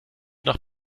nach